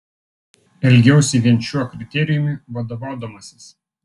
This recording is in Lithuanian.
elgiausi vien šiuo kriterijumi vadovaudamasis